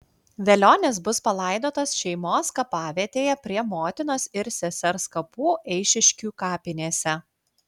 velionis bus palaidotas šeimos kapavietėje prie motinos ir sesers kapų eišiškių kapinėse